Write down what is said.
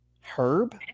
Herb